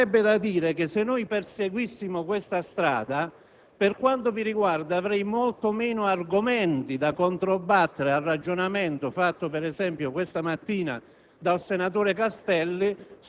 Mi verrebbe da dire che, se noi perseguissimo questa strada, per quanto mi riguarda avrei molti meno argomenti per controbattere al ragionamento fatto, ad esempio, stamattina